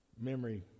memory